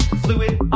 fluid